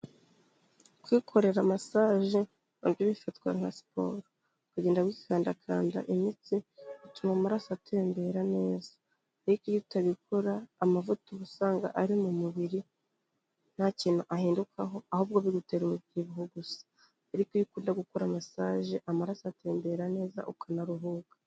Kwikorera masaje na byo bifatwa nka siporo, kugenda bikandakanda imitsi bituma amaraso atembera neza, ariko iyo utabikora amavuta uba usanga ari mu mubiri nta kintu ahindukaho, ahubwo bigutera umubyibuho gusa, ariko iyo ukunda gukora masaje amaraso atembera neza ukanaruhuka.